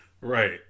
Right